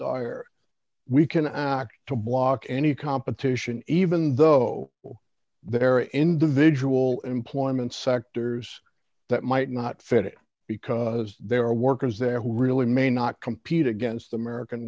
dire we can act to block any competition even though there are individual employment sectors that might not fit because there are workers there who really may not compete against american